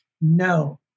No